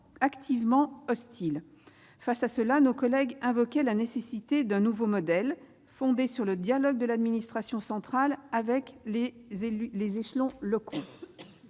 activement hostile. Face à cela, nos collègues invoquaient la nécessité d'un nouveau modèle, fondé sur le dialogue de l'administration centrale avec les échelons locaux.